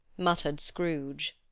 muttered scrooge.